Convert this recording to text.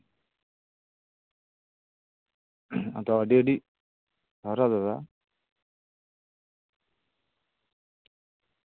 ᱟᱫᱚ ᱟᱹᱰᱤᱼᱟᱹᱰᱤ ᱥᱟᱨᱦᱟᱣ ᱫᱟᱫᱟ